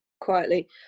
quietly